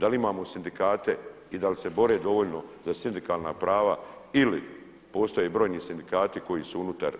Da li imamo sindikate i da li se bore dovoljno za sindikalna prava ili postoje brojni sindikati koji su unutar,